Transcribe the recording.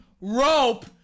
rope